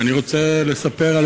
ואני רוצה לספר,